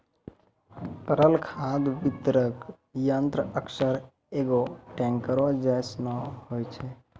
तरल खाद वितरक यंत्र अक्सर एगो टेंकरो जैसनो होय छै